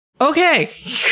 Okay